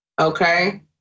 Okay